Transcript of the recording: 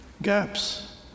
Gaps